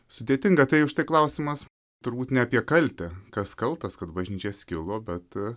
sudėtinga tai už tai klausimas turbūt ne apie kaltę kas kaltas kad bažnyčia skilo bet